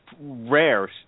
rare